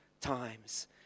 times